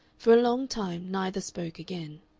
for a long time neither spoke again.